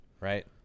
Right